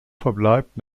verbleibt